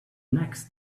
next